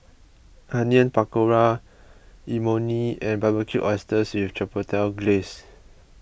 Onion Pakora Imoni and Barbecued Oysters with Chipotle Glaze